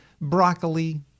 broccoli